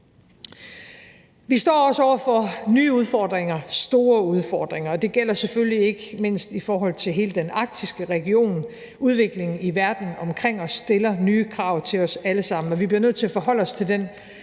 Vi står også over for nye udfordringer, store udfordringer. Det gælder selvfølgelig ikke mindst i forhold til hele den arktiske region. Udviklingen i verden omkring os stiller nye krav til os alle sammen, og vi bliver nødt til at forholde os til den